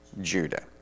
Judah